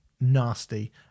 nasty